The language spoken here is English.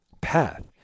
path